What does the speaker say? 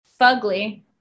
Fugly